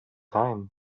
time